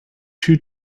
two